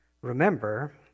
Remember